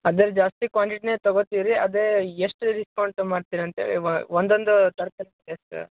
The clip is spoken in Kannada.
ಅದೇ ರಿ ಜಾಸ್ತಿ ಕ್ವಾಂಟಿಟಿಯೇ ತಗೊತೀವಿ ರೀ ಅದೇ ಎಷ್ಟು ಡಿಸ್ಕೌಂಟ್ ಮಾಡ್ತೀರ ಅಂತ್ಹೇಳಿ ಒಂದೊಂದು ತರ್ಕಾರಿಗೆ ಎಷ್ಟು